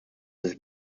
this